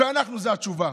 ואנחנו זה התשובה.